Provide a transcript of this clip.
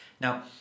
Now